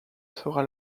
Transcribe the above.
sera